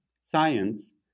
science